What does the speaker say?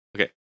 Okay